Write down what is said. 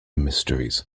mysteries